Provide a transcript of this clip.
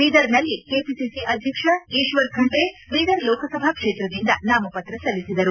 ಬೀದರ್ನಲ್ಲಿ ಕೆಪಿಸಿ ಅಧ್ಯಕ್ಷ ಈಶ್ವರ್ ಖಂಡ್ರೆ ಬೀದರ್ ಲೋಕಸಭಾ ಕ್ಷೇತ್ರದಿಂದ ನಾಮಪತ್ರ ಸಲ್ಲಿಸಿದರು